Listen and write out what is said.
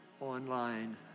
online